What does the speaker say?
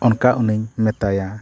ᱚᱱᱠᱟ ᱩᱱᱤᱧ ᱢᱮᱛᱟᱭᱟ